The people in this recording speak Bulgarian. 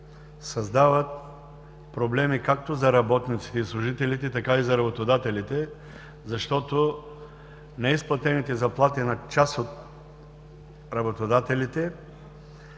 създават проблеми както за работниците и служителите, така и за работодателите. Неизплатените заплати на част от работодателите